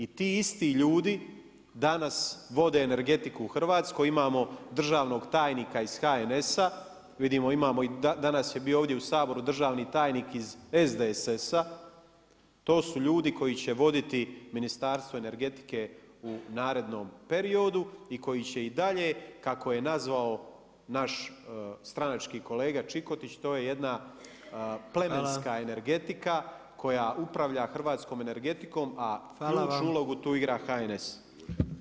I ti istu ljudi danas vode energetiku u Hrvatskoj, imamo državnog tajnika iz HNS-a vidimo imamo, danas je bio ovdje u Saboru državni tajnik iz SDSS-a to su ljudi koji će voditi ministarstvo energetike u narednom periodu i koji će i dalje kako je nazvao naš stranački kolega Čikotić to je jedna plemenska energetika [[Upadica Predsjednik: Hvala.]] koja upravlja hrvatskom energetikom, a ključnu ulogu tu igra HNS.